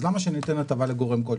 אז למה שניתן הטבה לגורם כלשהו?